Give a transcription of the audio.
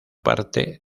parte